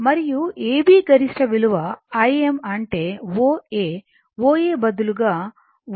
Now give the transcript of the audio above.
మరియు ఈ A B గరిష్ట విలువIm అంటే O A O A బదులుగా OA